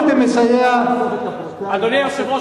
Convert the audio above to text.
אדוני היושב-ראש,